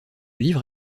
livre